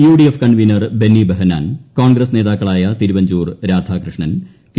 UDF convener Benny Behanan Congress നേതാക്കളായ Thiruvanchoor Radhakrishnan K